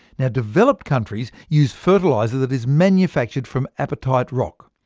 yeah developed countries use fertiliser that is manufactured from apatite rock,